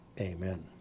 amen